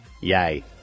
Yay